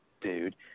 dude